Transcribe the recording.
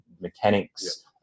mechanics